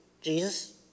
Jesus